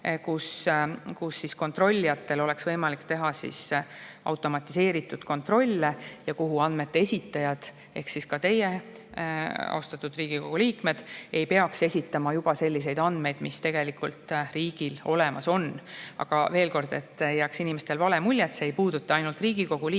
kus kontrollijatel oleks võimalik teha automatiseeritud kontrolle ja kuhu andmete esitajad ehk ka teie, austatud Riigikogu liikmed, ei peaks esitama selliseid andmeid, mis on riigil juba olemas. Aga veel kord, et ei jääks inimestele vale mulje: see ei puuduta ainult Riigikogu liikmeid,